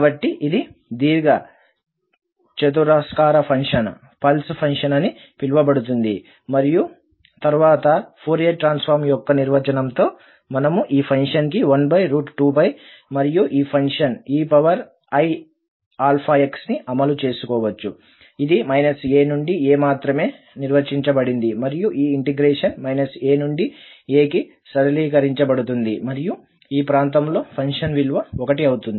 కాబట్టి ఇది దీర్ఘచతురస్రాకార ఫంక్షన్ పల్స్ ఫంక్షన్ అని పిలవబడుతుంది మరియు తరువాత ఫోరియర్ ట్రాన్స్ఫార్మ్ యొక్క నిర్వచనంతో మనము ఈ ఫంక్షన్కి 12 మరియు ఈ ఫంక్షన్ eiαx ని అమలు చేసుకోవచ్చు ఇది a నుండి a మాత్రమే నిర్వచించబడింది మరియు ఈ ఇంటిగ్రేషన్ a నుండి a కి సరళీకరించబడుతుంది మరియు ఈ ప్రాంతంలో ఫంక్షన్ విలువ 1 అవుతుంది